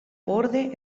borde